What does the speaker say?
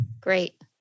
Great